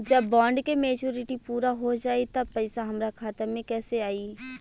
जब बॉन्ड के मेचूरिटि पूरा हो जायी त पईसा हमरा खाता मे कैसे आई?